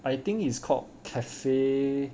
I think it's called cafe